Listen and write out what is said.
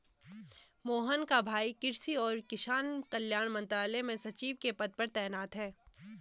मोहन का भाई कृषि और किसान कल्याण मंत्रालय में सचिव के पद पर तैनात है